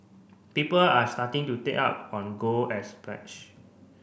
people are starting to take up on gold as pledge